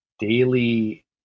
daily